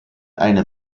eine